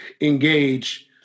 engage